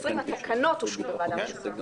בכנסת העשרים התקנות אושרו בוועדה משותפת.